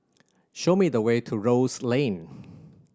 show me the way to Rose Lane